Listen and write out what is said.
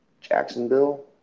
Jacksonville